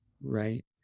Right